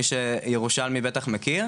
מי שירושלמי הוא בטח מכיר,